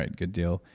and good deal.